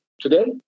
today